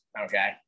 Okay